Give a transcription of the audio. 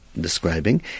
describing